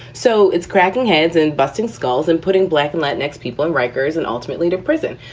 so it's cracking heads and busting skulls and putting black and latin next people in rikers and ultimately to prison.